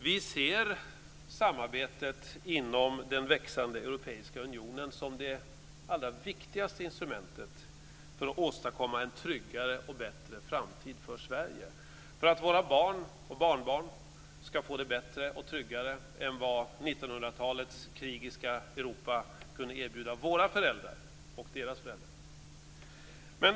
Vi ser samarbetet inom den växande Europeiska unionen som det allra viktigaste instrumentet för att åstadkomma en tryggare och bättre framtid för Sverige, för att våra barn och barnbarn ska få det tryggare och bättre än vad 1900-talets krigiska Europa kunde erbjuda våra föräldrar och deras föräldrar.